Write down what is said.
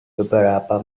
beberapa